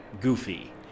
goofy